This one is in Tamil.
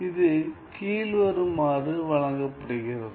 இது கீழ்வருமாறு வழங்கப்படுகிறது